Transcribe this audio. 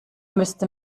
müsste